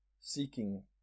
seeking